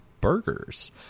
burgers